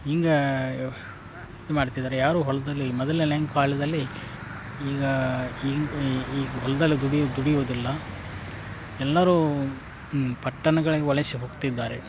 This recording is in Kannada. ಹಿಂಗೆ ಇದು ಮಾಡ್ತಿದ್ದಾರೆ ಯಾರೂ ಹೊಲದಲ್ಲಿ ಕಾಲ್ದಲ್ಲಿ ಈಗ ಹಿಂಗ್ ಈಗ ಹೊಲ್ದಲ್ಲಿ ದುಡಿ ದುಡಿಯುವುದಿಲ್ಲ ಎಲ್ಲರೂ ಪಟ್ಟಣಗಳಿಗ್ ವಲಸೆ ಹೋಗ್ತಿದ್ದಾರೆ